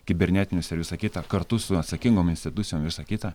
kibernetinius ir visa kita kartu su atsakingom institucijom visa kita